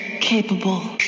capable